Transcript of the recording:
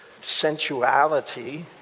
sensuality